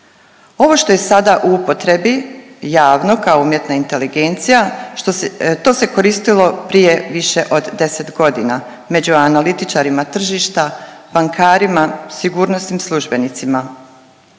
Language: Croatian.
Ovo što je sada u upotrebi javno kao umjetna inteligencija što se, to se koristilo prije više od 10 godina. Među analitičarima tržišta, bankarima, sigurnosnim službenicima.